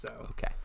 Okay